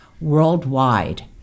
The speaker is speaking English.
worldwide